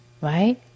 right